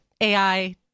AI